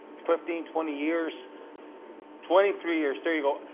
fifteen, twenty years twenty three years. there you go.